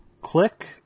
click